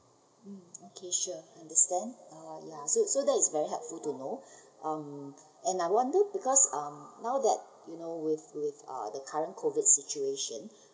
um okay sure understand err ya so so that's very helpful to know um and I wonder because um now that you know with with uh the current COVID situation